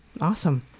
awesome